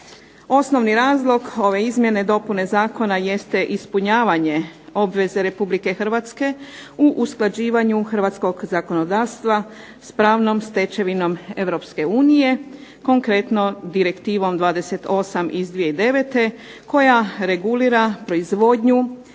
Osnovni razlog ove izmjene i dopune zakona jeste ispunjavanje obveze RH u usklađivanju hrvatskog zakonodavstva s pravnom stečevinom EU, konkretno Direktivom 28. iz 2009. koja regulira proizvodnju